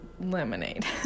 lemonade